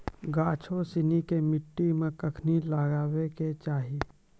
गाछो सिनी के मट्टी मे कखनी लगाबै के चाहि?